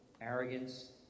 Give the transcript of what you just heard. arrogance